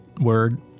word